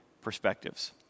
perspectives